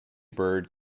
bird